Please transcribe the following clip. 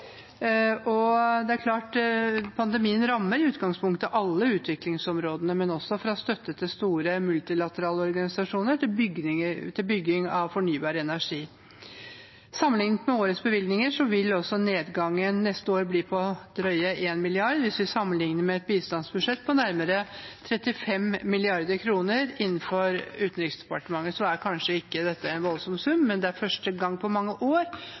Pandemien rammer i utgangspunktet alle utviklingsområdene, fra støtte til store multilaterale organisasjoner til støtte til bygging av fornybar energi. Sammenliknet med årets bevilgninger vil nedgangen til neste år bli på drøyt 1 mrd. kr, hvis vi sammenlikner med et bistandsbudsjett på nærmere 35 mrd. kr på Utenriksdepartementets budsjett. Dette er kanskje ikke en voldsom sum, men det er første gang på mange år